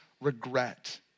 regret